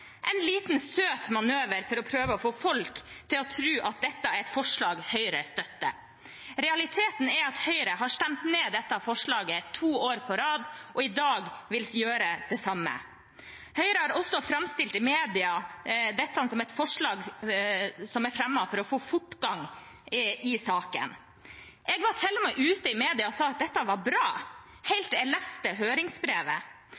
en liten, søt manøver for å prøve å få folk til å tro at dette er forslag Høyre støtter. Realiteten er at Høyre har stemt ned dette forslaget to år på rad, og i dag vil gjøre det samme. Høyre har også framstilt dette i media som et forslag som er fremmet for å få fortgang i saken. Jeg var til og med ute i media og sa at dette var bra